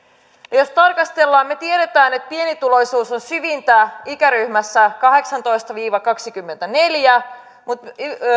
tätä tarkastellaan niin me tiedämme että pienituloisuus on syvintä ikäryhmässä kahdeksantoista viiva kaksikymmentäneljä mutta